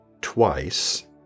twice